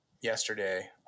yesterday